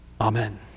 Amen